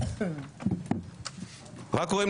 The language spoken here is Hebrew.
רק רואים.